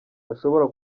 bashobora